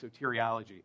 soteriology